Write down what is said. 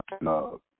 No